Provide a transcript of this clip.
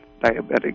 diabetic